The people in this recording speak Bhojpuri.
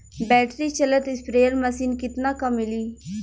बैटरी चलत स्प्रेयर मशीन कितना क मिली?